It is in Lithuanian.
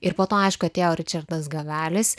ir po to aišku atėjo ričardas gavelis